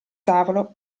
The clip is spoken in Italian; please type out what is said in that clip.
tavolo